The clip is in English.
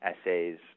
essays